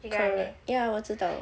correct ya 我知道